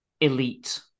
elite